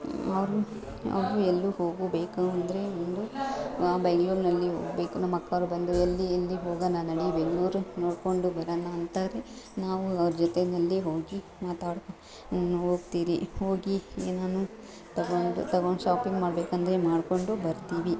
ಅವರು ಅವರು ಎಲ್ಲು ಹೋಗಬೇಕು ಅಂದರೆ ಒಂದು ಬೆಂಗಳೂರಿನಲ್ಲಿ ಹೋಗಬೇಕು ನಮ್ಮ ಅಕ್ಕ ಅವ್ರು ಬಂದು ಎಲ್ಲಿ ಎಲ್ಲಿ ಹೋಗೋಣ ನಡಿ ಬೆಂಗಳೂರು ನೋಡ್ಕೊಂಡು ಬರೋಣ ಅಂತಾರೆ ನಾವು ಅವ್ರ ಜೊತೆಯಲ್ಲಿ ಹೋಗಿ ಮಾತಾಡ್ಕೊಂಡು ಹೋಗ್ತೀರಿ ಹೋಗಿ ಏನನು ತಗೊಂಡು ತಗೊಂಡು ಶಾಪಿಂಗ್ ಮಾಡ್ಬೇಕೆಂದರೆ ಮಾಡ್ಕೊಂಡು ಬರ್ತೀವಿ